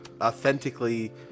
authentically